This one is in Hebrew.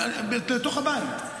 בתוך הבית.